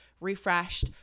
refreshed